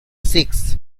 six